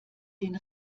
den